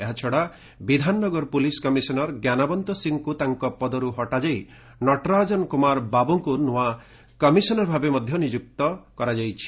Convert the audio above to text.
ଏହାଛଡ଼ା ବିଧାନନଗରର police commissioner Gyanwant ସିଂଙ୍କୁ ତାଙ୍କ ପଦରୁ ହଟାଯାଇ ନଟରାଜନ୍ କୁମାର ବାବୁଙ୍କୁ ନୂଆ କମିଶନର ଭାବେ ନିଯୁକ୍ତ କରାଯାଇଛି